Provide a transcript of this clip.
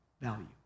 value